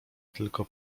tylko